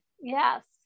Yes